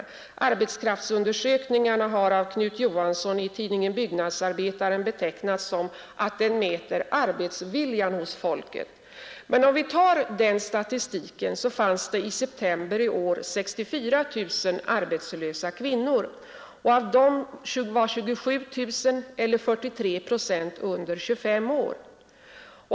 Knut Johansson har i tidningen Byggnadsarbetaren sagt om dessa undersökningar att de mäter arbetsviljan hos folket. Den statistiken visar att det i september i år fanns 64 000 arbetslösa kvinnor. Av dem var 27 000 eller 43 procent under 25 år.